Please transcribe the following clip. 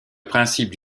principe